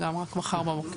רק מחר בבוקר.